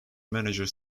manager